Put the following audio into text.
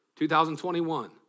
2021